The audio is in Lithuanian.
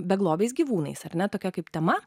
beglobiais gyvūnais ar ne tokia kaip tema